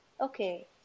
Okay